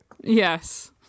yes